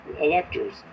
electors